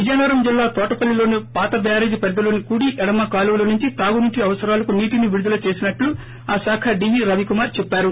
విజయనగరం జిల్లా తోటపల్లిలోని పాత బ్యారేజి పరిధిలోని కుడి ఎడమ కాలువలనుంచి తాగునీటి అవసరాలకు నీటిని విడుదల చేసినట్లు ఆ శాఖ డీఈ రవికుమార్ చెప్పారు